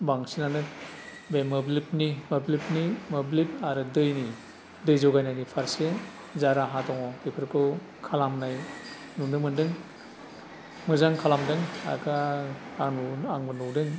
बांसिनानो बे मोब्लिबनि मोब्लिबनि मोब्लिब आरो दैनि दै जगायनायनि फारसे जा राहा दङ बेफोरखौ खालामनाय नुनो मोनदों मोजां खालामदों आरो दा आं आंबो नुदों